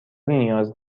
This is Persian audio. نیاز